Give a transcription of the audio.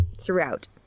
throughout